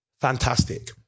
Fantastic